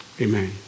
Amen